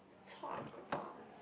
talk about